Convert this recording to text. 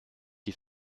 die